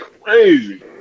crazy